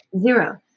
Zero